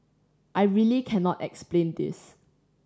I really cannot explain this